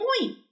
point